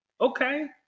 Okay